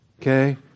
Okay